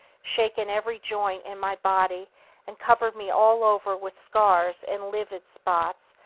shaken every joint in my body and covered me all over with scars and livid spots,